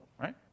right